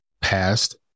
past